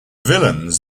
villains